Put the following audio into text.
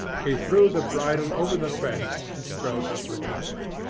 he threw the bridle over the fence and strode up the pathway.